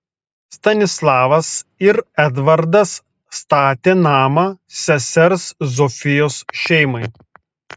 stanislavas ir edvardas statė namą sesers zofijos šeimai